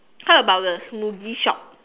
how about the smoothie shop